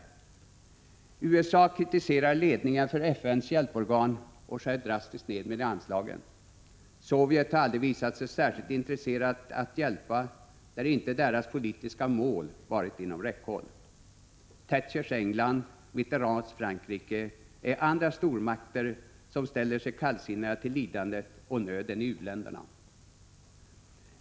USA kritiserar ledningen för FN:s hjälporgan och skär drastiskt ned anslagen. Sovjet har aldrig visat sig särskilt intresserat att hjälpa där inte dess politiska mål varit inom räckhåll. Thatchers England och Mitterands Frankrike är andra stormakter som ställer sig kallsinniga till lidandet och nöden i u-länderna.